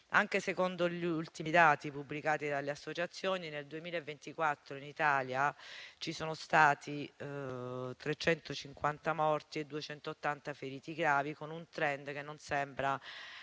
Anche secondo gli ultimi dati pubblicati dalle associazioni, nel 2024 in Italia ci sono stati 350 morti e 280 feriti gravi, con un *trend* che non sembra